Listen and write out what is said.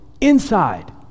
inside